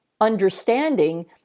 understanding